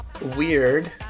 weird